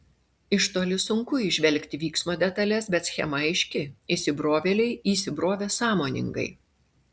iš toli sunku įžvelgti vyksmo detales bet schema aiški įsibrovėliai įsibrovė sąmoningai